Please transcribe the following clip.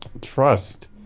trust